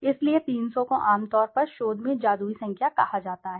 इसलिए 300 को आम तौर पर शोध में जादुई संख्या कहा जाता है